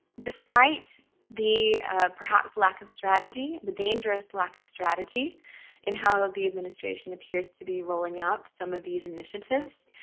despite the ah perhaps lack of strategy, and the dangerous lack of strategy in how the administration appears to be rolling out some of these initiatives,